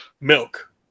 Milk